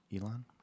Elon